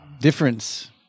difference